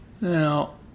Now